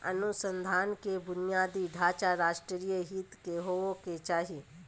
अनुसंधान के बुनियादी ढांचा राष्ट्रीय हित के होबो के चाही